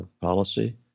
policy